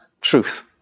truth